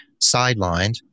sidelined